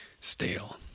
stale